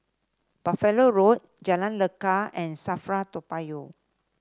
Buffalo Road Jalan Lekar and Safra Toa Payoh